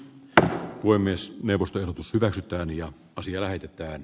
tähän voi myös neuvoston hyväksytään jo sillä heitetään